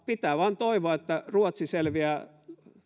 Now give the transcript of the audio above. pitää vain toivoa että ruotsi selviää